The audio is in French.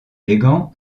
élégant